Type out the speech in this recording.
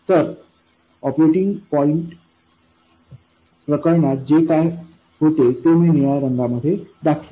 तर operating point प्रकरणात जे काय होते ते मी निळ्या रंगामध्ये दाखवेन